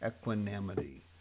Equanimity